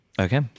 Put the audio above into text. Okay